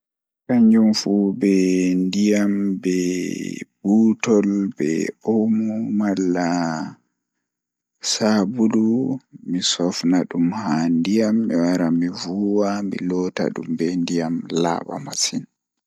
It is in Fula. Kanjum fu be ndiyam be buutol be omo malla sabulu mi sofna dum haa ndiyam mi wara mi vuuwa mi loota dum be ndiyam laaba masin.